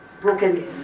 broken